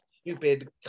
stupid